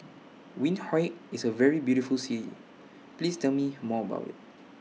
Windhoek IS A very beautiful City Please Tell Me More about IT